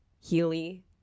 Healy